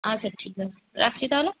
আচ্ছা ঠিক আছে রাখছি তাহলে